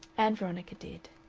ann veronica did.